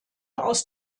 aus